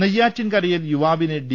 നെയ്യാറ്റിൻകരയിൽ യുവാവിനെ ഡി